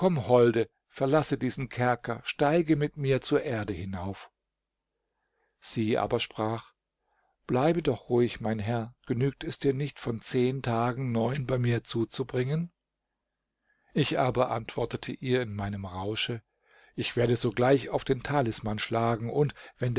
holde verlasse diesen kerker steige mit mir zur erde hinauf sie aber sprach bleibe doch ruhig mein herr genügt es dir nicht von zehn tagen neun bei mir zuzubringen ich aber antwortete ihr in meinem rausche ich werde sogleich auf den talisman schlagen und wenn